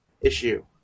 issue